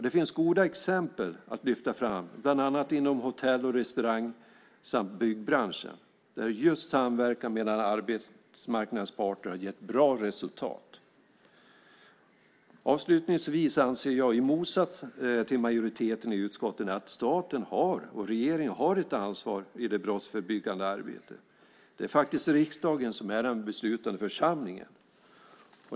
Det finns goda exempel att lyfta fram, bland annat inom hotell och restaurangbranschen och byggbranschen, där just samverkan mellan arbetsmarknadens parter har gett bra resultat. Avslutningsvis anser jag i motsats till majoriteten i utskottet att staten och regeringen har ett ansvar i det brottsförebyggande arbetet. Det är faktiskt riksdagen som är den beslutande församlingen.